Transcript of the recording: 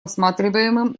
рассматриваемым